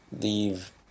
leave